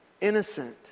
innocent